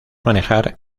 manejar